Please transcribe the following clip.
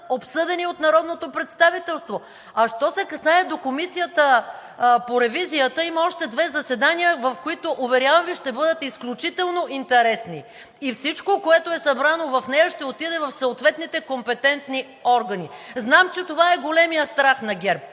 обсъдени от народното представителство. А що се касае до Комисията по ревизията, има още две заседания, които, уверявам Ви, ще бъдат изключително интересни и всичко, което е събрано в нея, ще отиде в съответните компетентни органи. Знам, че това е големият страх на ГЕРБ.